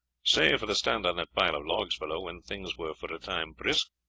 save for the stand on that pile of logs below, when things were for a time brisk,